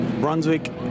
Brunswick